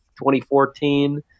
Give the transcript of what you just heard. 2014